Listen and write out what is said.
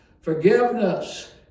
Forgiveness